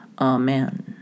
Amen